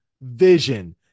Vision